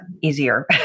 easier